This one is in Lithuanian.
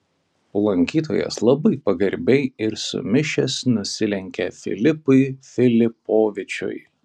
lankytojas labai pagarbiai ir sumišęs nusilenkė filipui filipovičiui